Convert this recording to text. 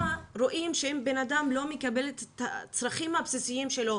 רואים שאם אדם לא מקבל את הצרכים הבסיסיים שלו,